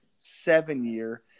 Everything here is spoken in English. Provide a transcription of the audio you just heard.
seven-year